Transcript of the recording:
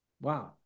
Wow